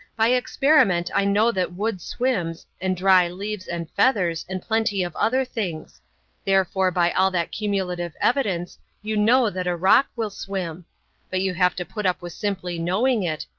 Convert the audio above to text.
by experiment i know that wood swims, and dry leaves, and feathers, and plenty of other things therefore by all that cumulative evidence you know that a rock will swim but you have to put up with simply knowing it,